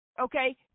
okay